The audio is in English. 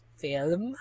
film